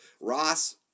Ross